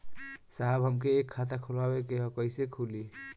साहब हमके एक खाता खोलवावे के ह कईसे खुली?